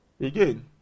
Again